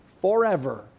forever